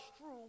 true